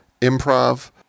improv